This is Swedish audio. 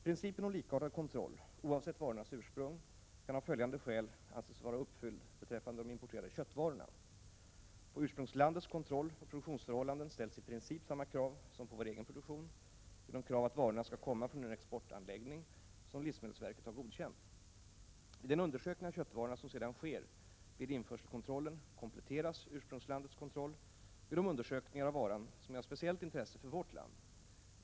Principen om likartad kontroll oavsett varornas ursprung kan av följande skäl anses vara uppfylld beträffande de importerade köttvarorna. På ursprungslandets kontrolloch produktionsförhållanden ställs i princip samma krav som på vår egen produktion genom krav att varorna skall komma från en exportanläggning som livsmedelsverket godkänt. Vid den undersökning av köttvarorna som sedan sker vid införselkontrollen kompletteras ursprungslandets kontroll med de undersökningar av varan som är av speciellt intresse för vårt land.